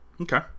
Okay